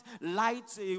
Lights